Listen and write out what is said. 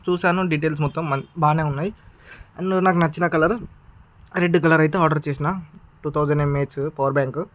చూసాను డీటెయిల్స్ మొత్తం బాగానే ఉన్నాయి అందులో నాకు నచ్చిన కలర్ రెడ్ కలర్ అయితే ఆర్డర్ చేసాను two thousand mAh power bank